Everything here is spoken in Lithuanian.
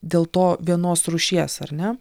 dėl to vienos rūšies ar ne